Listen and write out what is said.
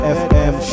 fm